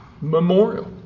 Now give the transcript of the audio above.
memorial